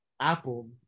apple